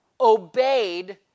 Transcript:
obeyed